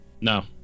No